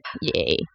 yay